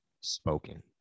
spoken